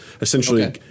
essentially